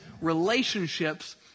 relationships